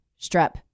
strep